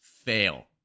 fail